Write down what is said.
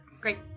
Great